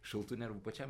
šaltų nervų pačiam